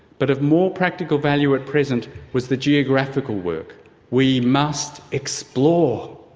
but of more practical value at present was the geographical work we must explore.